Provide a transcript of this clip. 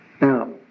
Now